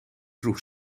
vroeg